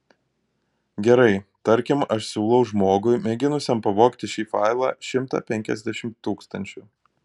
gerai tarkim aš siūlau žmogui mėginusiam pavogti šį failą šimtą penkiasdešimt tūkstančių